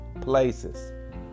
places